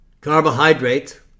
Carbohydrates